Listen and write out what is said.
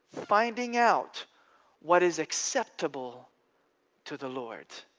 finding out what is acceptable to the lord.